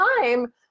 time